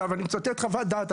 אני מצטט חוות דעת.